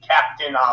Captain